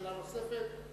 שאלה נוספת,